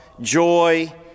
joy